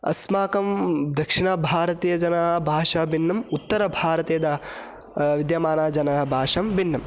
अस्माकं दक्षिणभारतीयजनानां भाषा भिन्ना उत्तरभारते तदा विद्यमानानां जनानां भाषा भिन्ना